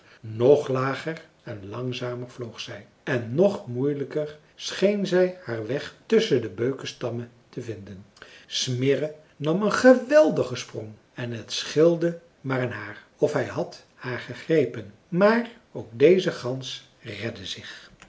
nog lager en langzamer vloog zij en nog moeilijker scheen zij haar weg tusschen de beukenstammen te vinden smirre nam een geweldigen sprong en het scheelde maar een haar of hij had haar gegrepen maar ook deze gans redde zich